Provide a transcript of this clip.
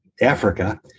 Africa